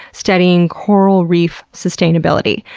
studying coral reef sustainability.